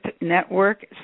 Network